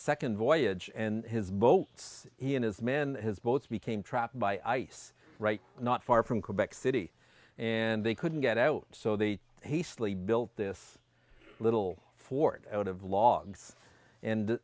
second voyage and his boats he and his men his boats became trapped by ice right not far from quebec city and they couldn't get out so they hastily built this little fort out of logs and and